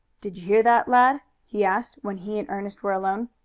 did you hear that, lad? he asked, when he and ernest were alone.